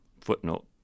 footnote